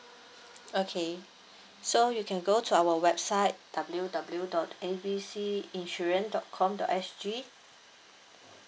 okay so you can go to our website W W dot A B C insurance dot com dot S G